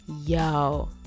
yo